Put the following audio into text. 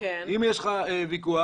אם יש לך ויכול,